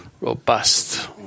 robust